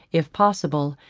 if possible,